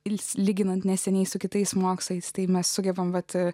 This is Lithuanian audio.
ir lyginant neseniai su kitais mokslais tai mes sugebam vat